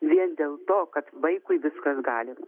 vien dėl to kad vaikui viskas galima